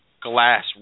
glass